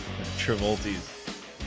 Travoltis